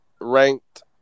ranked